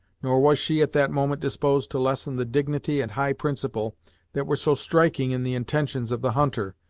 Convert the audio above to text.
nor was she at that moment disposed to lessen the dignity and high principle that were so striking in the intentions of the hunter,